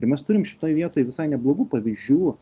ir mes turim šitoj vietoj visai neblogų pavyzdžių